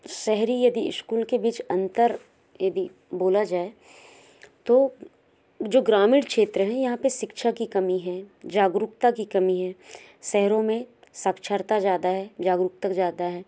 शहरी यदि स्कूल के बीच अंतर यदि बोला जाए तो जो ग्रामीण क्षेत्र है यहाँ पर शिक्षा की कमी है जागरूकता की कमी है शहरों में साक्षरता ज़्यादा है जागरूकता ज़्यादा है